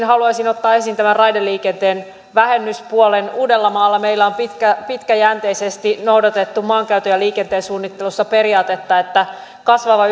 haluaisin ottaa esiin tämän raideliikenteen vähennyspuolen uudellamaalla meillä on pitkäjänteisesti noudatettu maankäytön ja liikenteen suunnittelussa periaatetta että kasvavan